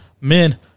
men